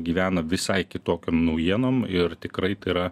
gyvena visai kitokiom naujienom ir tikrai yra